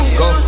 go